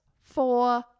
four